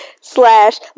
Slash